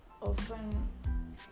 often